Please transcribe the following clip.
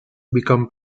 become